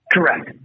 Correct